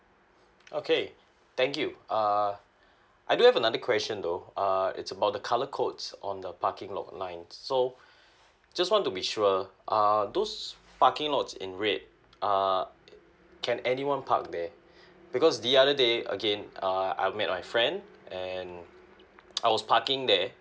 okay thank you err I do have another question though err it's about the colour codes on the parking lot lines so just want to be sure err those parking lots in red err can anyone park there because the other day again uh I met my friend and I was parking there